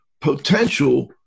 potential